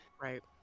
Right